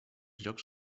llocs